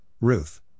Ruth